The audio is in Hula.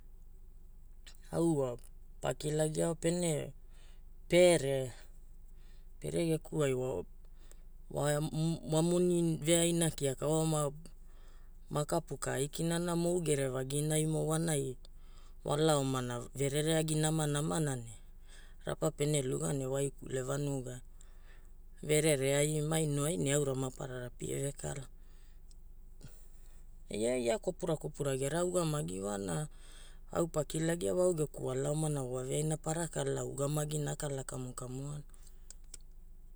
Au wa pakilagia wa pene, pere geku ai wamoni veaina kiaka wa makapu ka aikina na mou gerevaginai mo wanai wala omana verereagi namanamana ne rapa pene luga ne waikule vanugai, verere ai maino ai ne aura maparara pie vekala. Ia kopura kopura gera ugamagi wa na au pakilagia wa au geku wala omana waveaina para kalaa ugamagina akala kamukamuana.